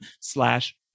slash